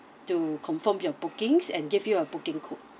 to confirm your bookings and give you a booking code